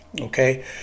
okay